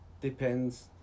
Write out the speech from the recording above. depends